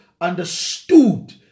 understood